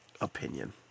opinion